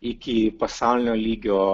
iki pasaulinio lygio